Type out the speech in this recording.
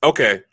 Okay